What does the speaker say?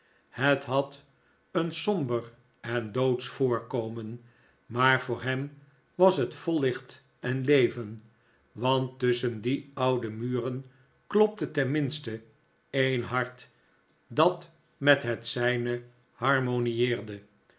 het had een somber en doodsch voorkomen maar voor hem was het vol licht en leven want tusschen die oude muren klopte tenminste een hart dat met het zijne